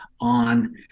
on